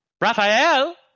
Raphael